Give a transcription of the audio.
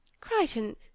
Crichton